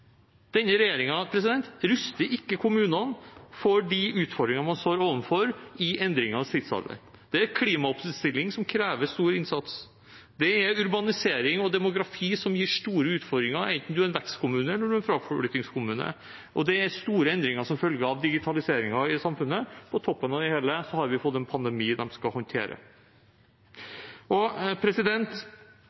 Denne regjeringen ruster ikke kommunene for de utfordringene man står overfor i endringens tidsalder. Det er klimaomstilling, som krever stor innsats, det er urbanisering og demografi, som gir store utfordringer enten en er vekstkommune eller fraflyttingskommune, og det er store endringer som følge av digitaliseringen i samfunnet. På toppen av det hele har vi fått en pandemi de skal håndtere.